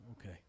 Okay